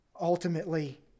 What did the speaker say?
Ultimately